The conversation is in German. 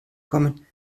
kommen